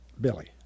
billy